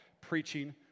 preaching